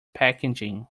packaging